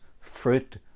fruit